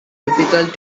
difficult